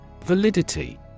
Validity